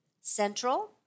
Central